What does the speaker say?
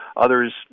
others